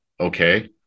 okay